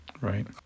Right